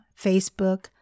Facebook